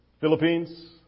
Philippines